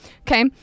okay